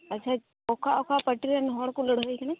ᱟᱪ ᱪᱷᱟ ᱚᱠᱟ ᱚᱠᱟ ᱯᱟᱴᱤᱨᱮᱱ ᱦᱚᱲ ᱠᱚ ᱞᱟᱹᱲᱦᱟᱹᱭ ᱟᱠᱟᱱᱟ